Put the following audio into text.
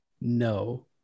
No